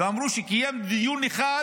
אמרו שקיים דיון אחד